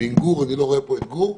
ועם גור, ואני לא רואה פה את גור.